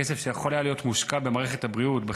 כסף שיכול היה להיות מושקע במערכת החינוך,